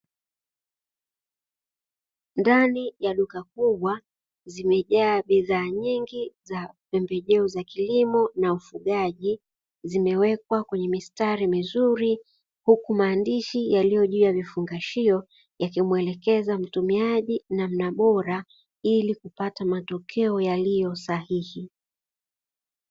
Ndani ya duka kubwa zimejaa bidhaa nyingi za pembejeo za kilimo na ufugaji, zimewekwa kwenye mistari mizuri, huku maandishi yaliyo juu ya vifungashio, yakimuelekeza mtumiaji namna bora, ili kupata matokeo yaliyo sahihi.